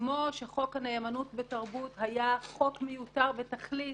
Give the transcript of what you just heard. כמו שחוק הנאמנות בתרבות היה חוק מיותר בתכלית,